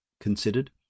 considered